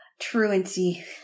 Truancy